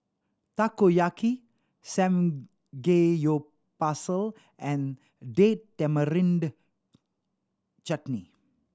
Takoyaki Samgeyopsal and Date Tamarind Chutney